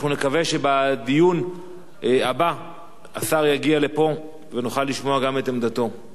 אנחנו נקווה שבדיון הבא השר יגיע לפה ונוכל לשמוע גם את עמדתו.